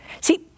See